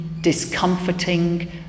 discomforting